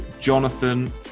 Jonathan